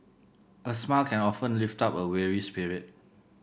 a smile can often lift up a weary spirit